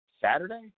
Saturday